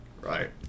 right